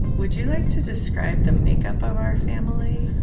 would you like to describe the makeup of our family?